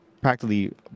practically